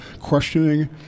questioning